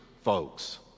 folks